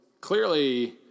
clearly